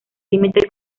límite